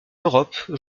europe